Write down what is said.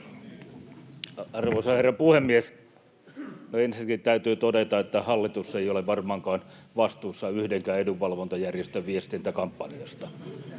Arvoisa herra puhemies! Ensinnäkin täytyy todeta, että hallitus ei ole varmaankaan vastuussa yhdenkään edunvalvontajärjestön viestintäkampanjasta.